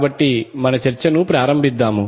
కాబట్టి మన చర్చను ప్రారంభిద్దాం